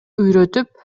үйрөтүп